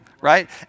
right